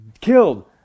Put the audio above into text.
killed